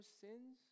sins